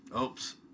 Oops